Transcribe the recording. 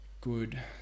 good